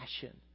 passion